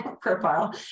profile